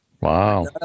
Wow